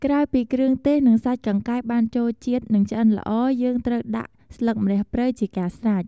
ក្រោយពីគ្រឿងទេស និងសាច់កង្កែបបានចូលជាតិ និងឆ្អិនល្អ យើងត្រូវដាក់ ស្លឹកម្រះព្រៅជាការស្រេច។